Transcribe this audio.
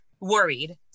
worried